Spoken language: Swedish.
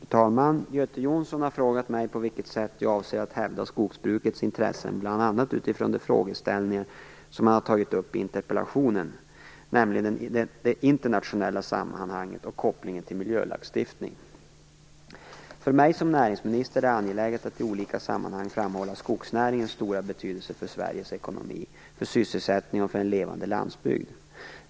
Fru talman! Göte Jonsson har frågat mig på vilket sätt jag avser att hävda skogsbrukets intressen bl.a. utifrån de frågeställningar som han har tagit upp i interpellationen, nämligen det internationella sammanhanget och kopplingen till miljölagstiftningen. För mig som näringsminister är det angeläget att i olika sammanhang framhålla skogsnäringens stora betydelse för Sveriges ekonomi, för sysselsättningen och för en levande landsbygd.